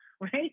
right